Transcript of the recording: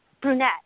brunette